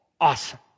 Awesome